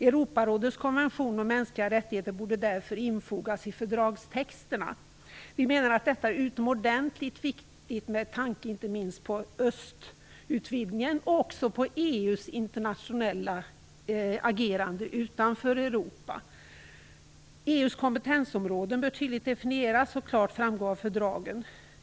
Europarådets konvention om mänskliga rättigheter borde därför infogas i fördragstexterna. Vi menar att detta är utomordentligt viktigt, inte minst med tanke på östutvidgningen, men också på EU:s internationella agerande utanför Europa. EU:s kompetensområden bör tydligt definieras, och klart framgå av fördragen.